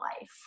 life